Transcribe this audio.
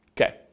Okay